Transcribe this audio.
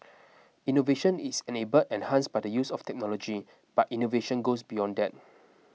innovation is enabled and enhanced by the use of technology but innovation goes beyond that